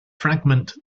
fragment